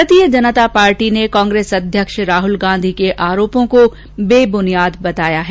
Bhajpa Janata party ने कांग्रेस अध्यक्ष राहल गांधी के आरोपों को बेब्नियाद बताया है